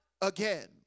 again